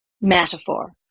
metaphor